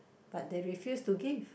but they refuse to give